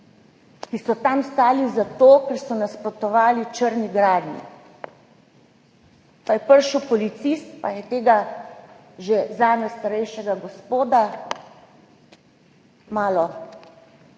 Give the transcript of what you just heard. ki so tam stali zato, ker so nasprotovali črni gradnji. Pa je prišel policist in je tega, zame že starejšega, gospoda malo